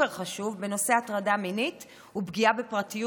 סופר-חשוב בנושא הטרדה מינית ופגיעה בפרטיות